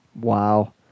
Wow